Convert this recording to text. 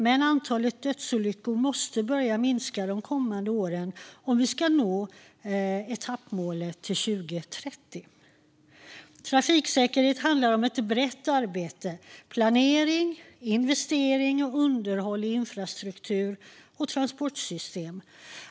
Men antalet dödsolyckor måste börja minska de kommande åren om vi ska nå etappmålet till 2030. Trafiksäkerhet handlar om ett brett arbete med planering och underhåll av och investeringar i infrastruktur och transportsystem.